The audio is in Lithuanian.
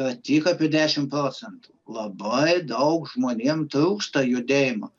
tik apie dešimt procentų labai daug žmonėm trūksta judėjimo